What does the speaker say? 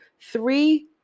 three